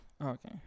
okay